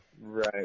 Right